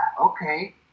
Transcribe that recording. okay